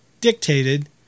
dictated